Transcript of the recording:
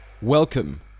Welcome